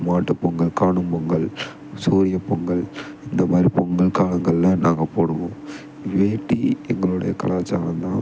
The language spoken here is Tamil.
மாட்டு பொங்கல் காணும் பொங்கல் சூரிய பொங்கல் இந்த மாதிரி பொங்கல் காலங்களில் நாங்கள் போடுவோம் வேட்டி எங்களோடைய கலாச்சாரம்தான்